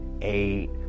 eight